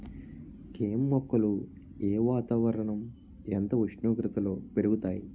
కెమ్ మొక్కలు ఏ వాతావరణం ఎంత ఉష్ణోగ్రతలో పెరుగుతాయి?